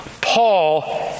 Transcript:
Paul